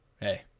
Hey